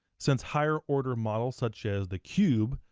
since higher order models such as the cube,